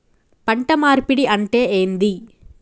పంట మార్పిడి అంటే ఏంది?